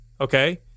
okay